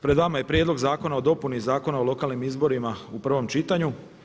Pred vama je Prijedlog zakona o dopuni Zakona o lokalnim izborima u prvom čitanju.